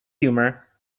humor